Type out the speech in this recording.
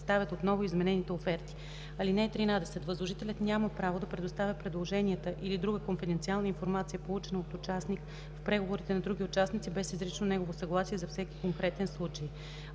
представят отново изменените оферти. (13) Възложителят няма право да предоставя предложенията или друга конфиденциална информация, получена от участник в преговорите, на другите участници без изрично негово съгласие за всеки конкретен случай.